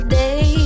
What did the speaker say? day